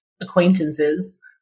acquaintances